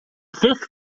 fifth